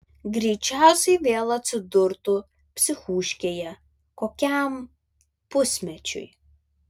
greičiausiai vėl atsidurtų psichūškėje kokiam pusmečiui